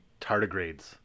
tardigrades